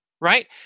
right